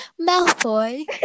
Malfoy